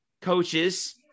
coaches